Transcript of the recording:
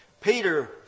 Peter